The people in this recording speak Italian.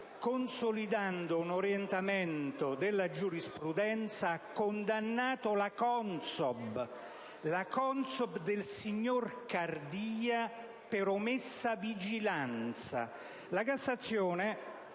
consolidando un orientamento della giurisprudenza, ha condannato la CONSOB del signor Cardia per omessa vigilanza. La Cassazione